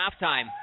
halftime